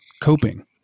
coping